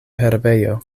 herbejo